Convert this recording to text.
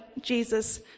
Jesus